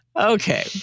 Okay